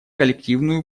коллективную